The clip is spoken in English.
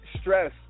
stress